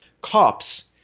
cops